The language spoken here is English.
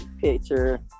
picture